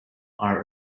are